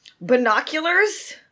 binoculars